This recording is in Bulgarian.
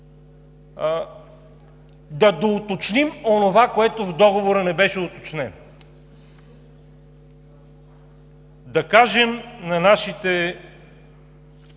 да доуточним онова, което в Договора не беше уточнено, да кажем на нашите